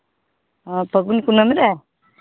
ᱚ ᱯᱷᱟᱹᱜᱩᱱ ᱠᱩᱱᱟᱹᱢᱤ ᱨᱮ